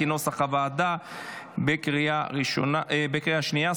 כנוסח הוועדה בקריאה השנייה.